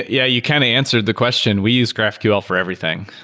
yeah, you kind of answered the question. we use graphql for everything.